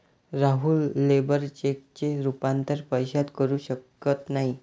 Rahul labour चेकचे रूपांतर पैशात करू शकत नाही